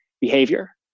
behavior